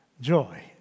joy